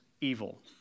evil